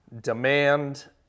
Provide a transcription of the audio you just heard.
demand